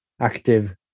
active